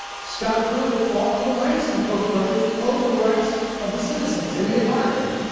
scott pruitt fought for the rights of the koch brothers over the rights of the citizens and the environment,